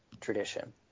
tradition